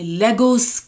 legos